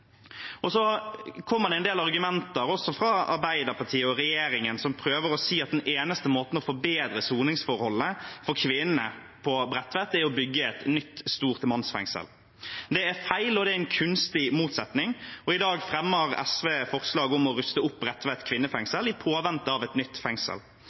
kommer en del argumenter, også fra Arbeiderpartiet og regjeringen, som prøver å si at den eneste måten å forbedre soningsforholdene for kvinnene på Bredtvet på, er å bygge et nytt, stort mannsfengsel. Det er feil, og det er en kunstig motsetning. I dag fremmer SV forslag om å ruste opp Bredtvet kvinnefengsel i påvente av et nytt fengsel.